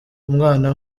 umwana